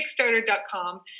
kickstarter.com